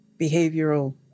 behavioral